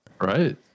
Right